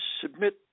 submit